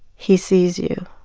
he sees you